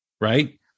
right